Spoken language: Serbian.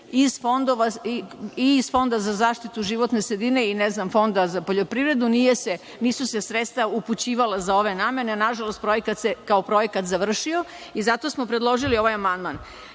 i iz Fonda za zaštitu životne sredine i Fonda za poljoprivredu nisu se sredstva upućivala za ove namene, nažalost, projekat se kao projekat završio i zato smo predložili ovaj amandman.